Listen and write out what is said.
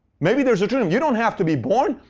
maybe there's a dream. you don't have to be born.